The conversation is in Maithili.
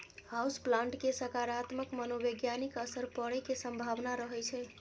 हाउस प्लांट के सकारात्मक मनोवैज्ञानिक असर पड़ै के संभावना रहै छै